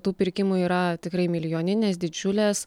tų pirkimų yra tikrai milijoninės didžiulės